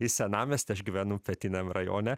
į senamiestį aš gyvenu pietiniam rajone